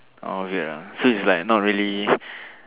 oh weird ah so it's like not really